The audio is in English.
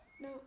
No